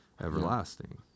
everlasting